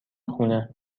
خونه